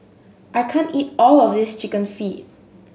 I can't eat all of this Chicken Feet